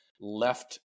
left